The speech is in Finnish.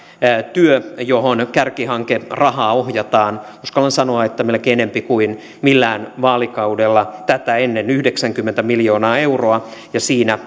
työ johon kärkihankerahaa ohjataan uskallan sanoa että melkein enempi kuin millään vaalikaudella tätä ennen yhdeksänkymmentä miljoonaa euroa ja siinä